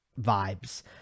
vibes